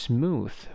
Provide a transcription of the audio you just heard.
Smooth